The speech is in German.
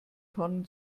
tonnen